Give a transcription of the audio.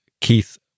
Keith